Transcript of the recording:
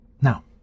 Now